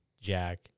Jack